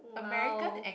!wow!